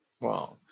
Wow